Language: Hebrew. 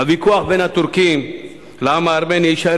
הוויכוח בין הטורקים לעם הארמני יישאר